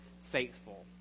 faithful